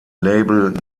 label